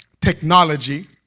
technology